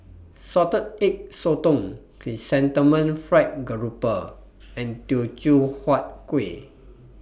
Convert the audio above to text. Salted Egg Sotong Chrysanthemum Fried Grouper and Teochew Huat Kuih